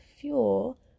fuel